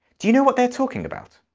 do you know what they are talking about?